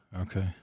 Okay